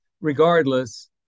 regardless